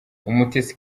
umutesi